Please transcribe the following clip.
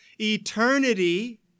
eternity